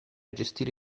gestire